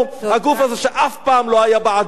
הגוף הזה שאף פעם לא היה בעדנו,